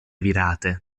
virate